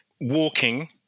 walking